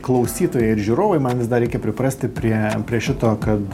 klausytojai ir žiūrovai man vis dar reikia priprasti prie prie šito kad